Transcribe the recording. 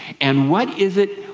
and what is it,